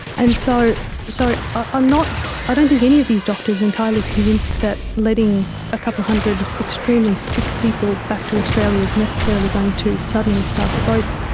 and so so um i don't think any of these doctors are entirely convinced that letting a couple of hundred extremely sick people back to australia is necessarily going to suddenly start the boats.